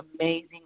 amazing